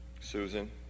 Susan